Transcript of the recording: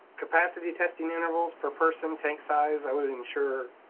capacity testing intervals per person, tank size, i wasn't sure